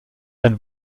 ein